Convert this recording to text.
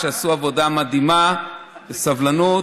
שעשו עבודה מדהימה בסבלנות.